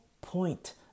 point